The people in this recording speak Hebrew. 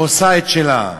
עושה את שלה.